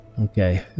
Okay